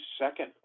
second